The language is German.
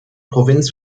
provinz